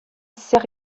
zer